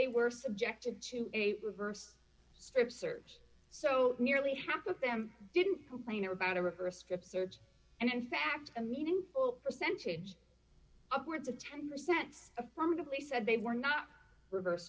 they were subjected to a reverse strip search so nearly half of them didn't complain about a rigorous trip search and in fact a meaningful percentage upwards of ten percent affirmatively said they were not reverse